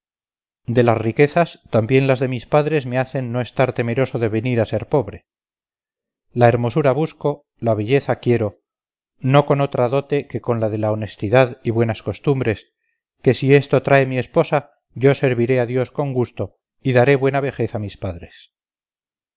de las riquezas también las de mis padres me hacen no estar temeroso de venir a ser pobre la hermosura busco la belleza quiero no con otra dote que con la de la honestidad y buenas costumbres que si esto trae mi esposa yo serviré a dios con gusto y daré buena vejez a mis padres